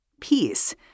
peace